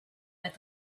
that